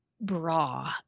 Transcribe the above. bra